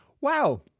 Wow